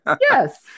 Yes